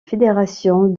fédération